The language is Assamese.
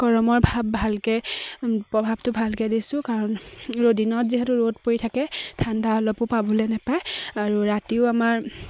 গৰমৰ ভাৱ ভালকে প্ৰভাৱটো ভালকে দিছোঁ কাৰণ দিনত যিহেতু ৰ'দ পৰি থাকে ঠাণ্ডা অলপো পাবলে নাপায় আৰু ৰাতিও আমাৰ